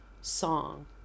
song